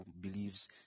believes